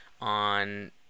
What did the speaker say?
on